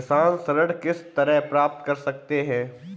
किसान ऋण किस तरह प्राप्त कर सकते हैं?